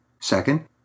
Second